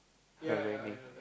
her wedding